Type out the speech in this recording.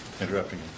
interrupting